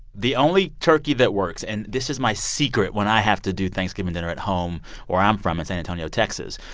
the only turkey that works and this is my secret when i have to do thanksgiving dinner at home where i'm from in san antonio, texas.